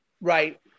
Right